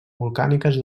volcàniques